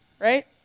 Right